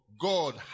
God